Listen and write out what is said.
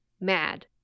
Mad